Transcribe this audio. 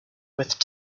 with